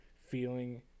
feeling